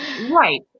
Right